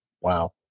Wow